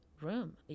room